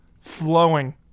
Flowing